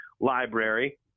Library